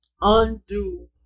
Undo